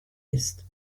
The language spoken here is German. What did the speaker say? ist